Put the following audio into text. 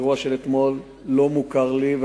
האירוע של אתמול לא מוכר לי,